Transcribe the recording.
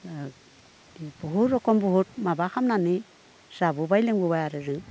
बुहुद रखम बुहुद माबा खालामनानै जाबोबाय लोंबोबाय आरो जों